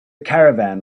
caravan